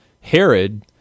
Herod